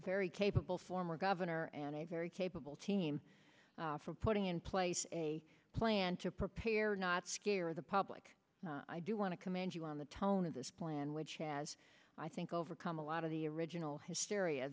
very capable former governor and a very capable team for putting in place a plan to prepare not scare the public i do want to commend you on the tone of this plan which as i think overcome a lot of the original hysteria